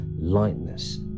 lightness